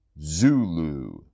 Zulu